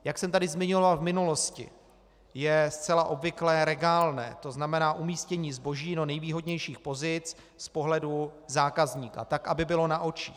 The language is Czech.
Jak jsem tady zmiňoval v minulosti, je zcela obvyklé regálné, to znamená umístění zboží do nejvýhodnějších pozic z pohledu zákazníka, tak aby bylo na očích.